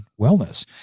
wellness